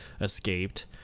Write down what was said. escaped